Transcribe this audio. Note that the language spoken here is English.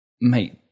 mate